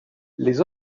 les